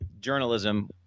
journalism